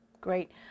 Great